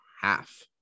half